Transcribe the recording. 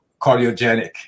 cardiogenic